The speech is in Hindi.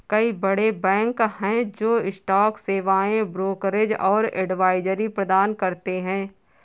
कई बड़े बैंक हैं जो स्टॉक सेवाएं, ब्रोकरेज और एडवाइजरी प्रदान करते हैं